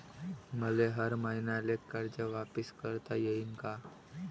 मले हर मईन्याले कर्ज वापिस करता येईन का?